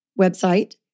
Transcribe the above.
website